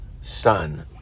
son